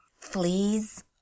fleas